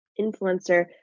influencer